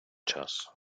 час